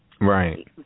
Right